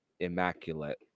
immaculate